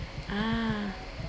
ah